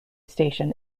station